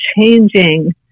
changing